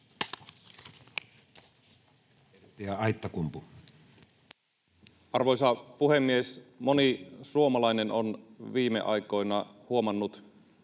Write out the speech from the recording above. Arvoisa puhemies! Moni suomalainen on viime aikoina huomannut